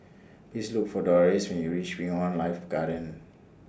Please Look For Dolores when YOU REACH Wing on Life Garden